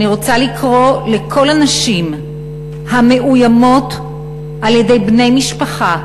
אני רוצה לקרוא לכל הנשים המאוימות על-ידי בני משפחה,